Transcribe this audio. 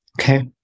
okay